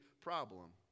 problem